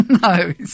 No